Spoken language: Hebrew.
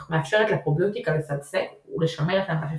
אך מאפשרת לפרוביוטיקה לשגשג ולשמר את המלפפון.